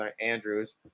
Andrews